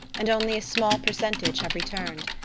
and only a small percentage have returned.